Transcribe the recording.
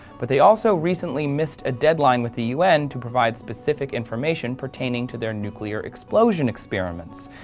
but they also recently missed a deadline with the u n. to provide specific information pertaining to their nuclear explosion experiments,